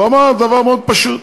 הוא אמר דבר מאוד פשוט: